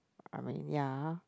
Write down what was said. I mean ya